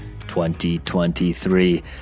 2023